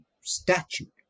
statute